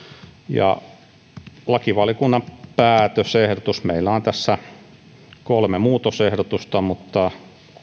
lakivaliokunnan päätösehdotuksessa meillä on kolme muutosehdotusta mutta